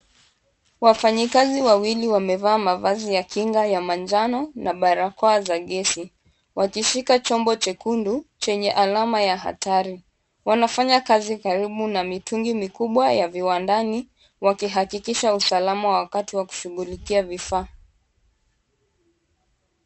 Wafanyi kazi wawili wamevaa mavazi ya kinga ya manjano na barakoa za kesi wakishika chombo jekundu chenye alama ya hatari, wanafanya kazi karibu na mitungi mikubwa ya viwandani wakihakikiisha usalama wakati wa kushughulikiia vifaa.